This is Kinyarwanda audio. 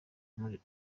muri